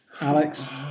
alex